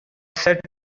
set